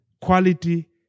quality